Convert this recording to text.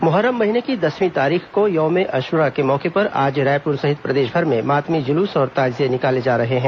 मोहर्रम महीने की दसवीं तारीख को यौमे ए अशुरा के मौके पर आज रायपुर सहित प्रदेशभर में मातमी जुलूस और ताजिये निकाले जा रहे हैं